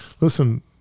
listen